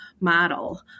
model